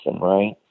right